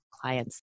clients